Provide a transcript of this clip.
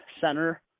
Center